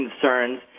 concerns